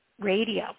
Radio